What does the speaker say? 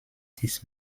these